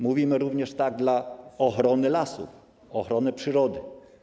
Mówimy również tak dla ochrony lasów, ochrony przyrody.